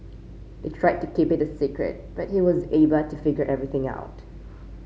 they tried to keep it a secret but he was able to figure everything out